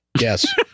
Yes